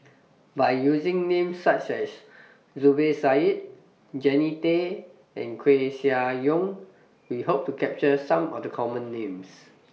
By using Names such as Zubir Said Jannie Tay and Koeh Sia Yong We Hope to capture Some of The Common Names